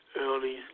early